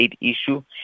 issue